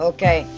Okay